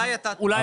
אולי אתה טועה?